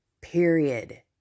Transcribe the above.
period